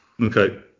Okay